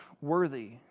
worthy